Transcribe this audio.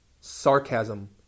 sarcasm